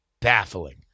baffling